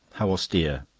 how austere!